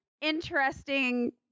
interesting